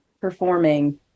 performing